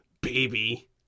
baby